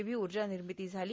V ऊर्जा निर्मिती झाली